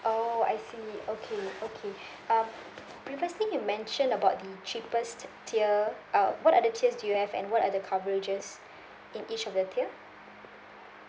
oh I see okay okay uh previously you mentioned about the cheapest tier uh what other tiers do you have and what are the coverages in each of the tier